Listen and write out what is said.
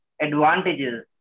advantages